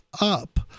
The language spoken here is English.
up